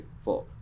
four